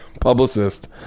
publicist